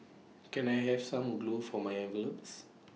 can I have some glue for my envelopes